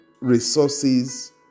resources